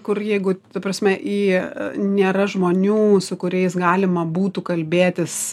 kur jeigu ta prasme į nėra žmonių su kuriais galima būtų kalbėtis